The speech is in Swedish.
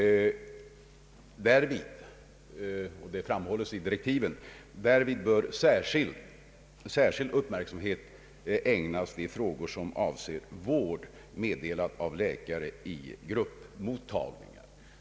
Därvid — det framhålles i direktiven — bör särskild uppmärksamhet ägnas de frågor som avser vård meddelad av läkare i gruppmottagningar.